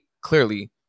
clearly